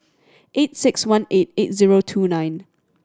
eight six one eight eight zero two nine